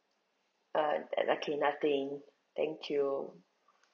uh okay nothing thank you